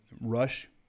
rush